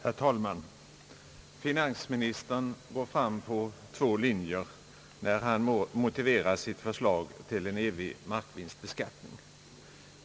Herr talman! Finansministern går fram på två linjer när han motiverar sitt förslag om en »evig» markvinstbeskattning.